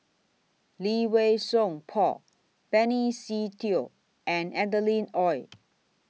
Lee Wei Song Paul Benny Se Teo and Adeline Ooi